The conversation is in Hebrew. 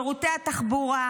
שירותי התחבורה,